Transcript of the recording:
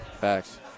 Facts